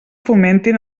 fomentin